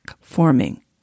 forming